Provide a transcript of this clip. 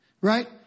Right